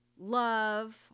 love